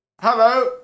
Hello